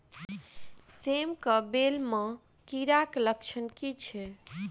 सेम कऽ बेल म कीड़ा केँ लक्षण की छै?